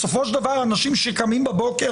בסופו של דבר מדובר באנשים שקמים בבוקר,